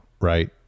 right